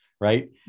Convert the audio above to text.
Right